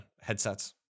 headsets